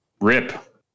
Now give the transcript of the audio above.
rip